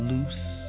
Loose